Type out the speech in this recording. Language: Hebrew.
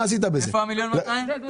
איפה משלמים מיליון ו-200 אלף שקלים?